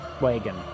wagon